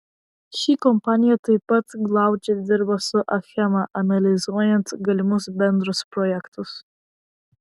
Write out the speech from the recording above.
ši kompanija taip pat glaudžiai dirba su achema analizuojant galimus bendrus projektus